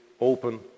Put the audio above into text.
open